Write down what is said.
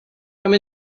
come